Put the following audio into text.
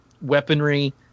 weaponry